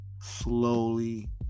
slowly